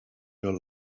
your